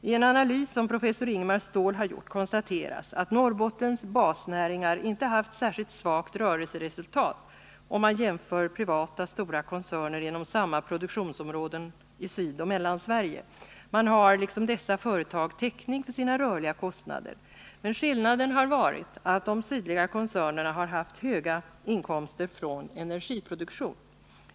I en analys, som professor Ingemar Ståhl har gjort, konstateras att Norrbottens basnäringar inte haft särskilt svagt rörelseresultat om man jämför privata stora koncerner inom samma produktionsområden i Sydoch Mellansverige. Man har liksom dessa företag täckning för sina rörliga kostnader. Skillnaden har varit att de sydliga koncernerna haft höga inkomster från energiproduktion.